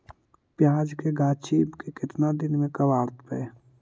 प्याज के गाछि के केतना दिन में कबाड़बै?